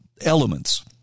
elements